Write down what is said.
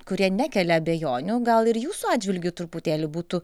kurie nekelia abejonių gal ir jūsų atžvilgiu truputėlį būtų